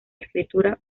escritura